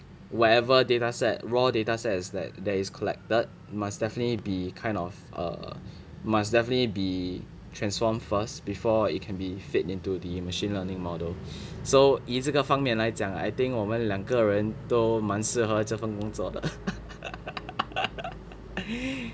whatever data set raw data sets that that is collected must definitely be kind of err must definitely be transformed first before it can be feed into the machine learning model so 以这个方面来讲 I think 我们两个人都蛮适合这份工作的